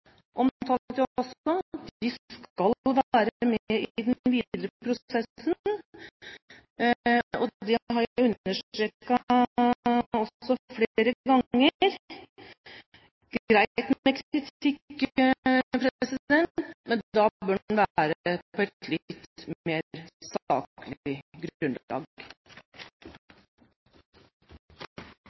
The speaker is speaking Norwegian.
med i den videre prosessen, og det har jeg også understreket flere ganger. Greit med kritikk, men da bør den være på